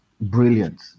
brilliant